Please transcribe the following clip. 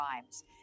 crimes